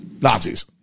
nazis